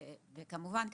וכמובן,